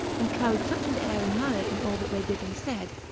and carried such an air and manner in all that they did and said,